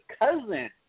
cousin